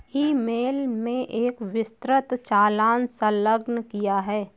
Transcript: ई mail में एक विस्तृत चालान संलग्न किया है